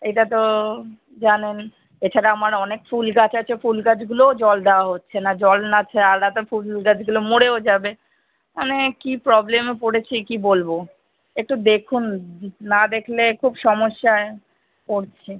এটা তো জানেন এছাড়া আমার অনেক ফুল গাছ আছে ফুল গাছগুলোও জল দেওয়া হচ্ছে না জল না ছাড়া তো ফুল গাছগুলো মরেও যাবে মানে কি প্রবলেমে পড়েছি কি বলবো একটু দেখুন না দেখলে খুব সমস্যায় পড়ছি